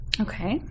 Okay